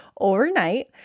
overnight